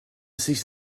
cease